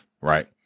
right